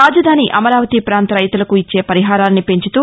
రాజధాని అమరావతి పాంత రైతులకు ఇచ్చే వరిహారాన్ని పెంచుతూ